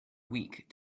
week